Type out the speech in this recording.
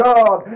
God